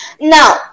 Now